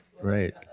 right